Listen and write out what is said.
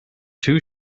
two